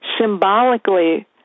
symbolically